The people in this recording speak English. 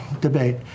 debate